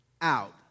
out